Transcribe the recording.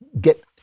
get